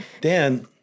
Dan